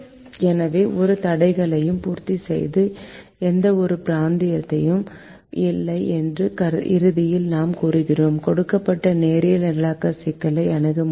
எனவே இரு தடைகளையும் பூர்த்தி செய்யும் எந்தவொரு பிராந்தியமும் இல்லை என்று இறுதியில் நாம் கூறுகிறோம் கொடுக்கப்பட்ட நேரியல் நிரலாக்க சிக்கல் அணுக முடியாதது